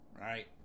right